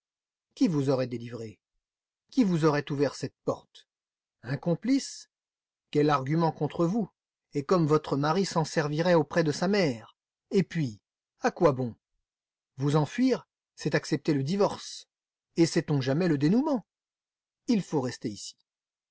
qui vous aurait délivrée qui vous aurait ouvert cette porte un complice quel argument contre vous et comme votre mari s'en servirait auprès de sa mère et puis à quoi bon vous enfuir c'est accepter le divorce et sait-on jamais le dénouement il faut rester ici